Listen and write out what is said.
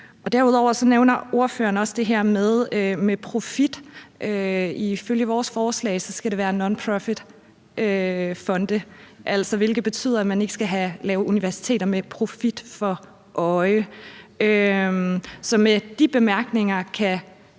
Derudover nævner ordføreren også det her med profit. Ifølge vores forslag skal det være nonprofit-fonde, hvilket betyder, at man ikke skal lave universiteter med profit for øje. Så med de bemærkninger kan